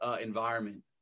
environment